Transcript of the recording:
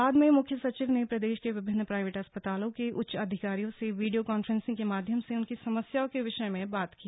बाद में मुख्य सचिव ने प्रदेश के विभिन्न प्राईवेट अस्पतालों के उच्चाधिकारियों से वीडियो कांफ्रेंसिंग के माध्यम से उनकी समस्याओं के विषय में बात की